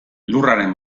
lurraren